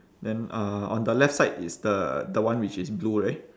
then uh on the left side is the the one which is blue right